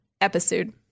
episode